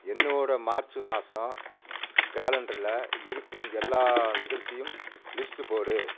என்னோட மார்ச் மாதம் காலண்டருல இருக்கும் எல்லா நிகழ்ச்சியும் லிஸ்ட்டு போடு